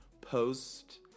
post